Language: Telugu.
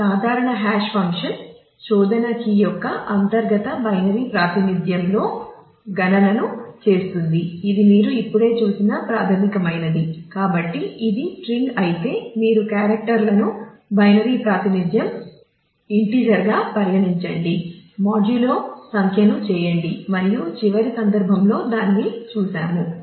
ఒక సాధారణ హాష్ ఫంక్షన్ లను బైనరీ ప్రాతినిధ్యం ఇంటిజర్గా పరిగణించండి మాడ్యులో సంఖ్యను చేయండి మనము చివరి సందర్భంలో దానిని చూసాము